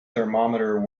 thermometer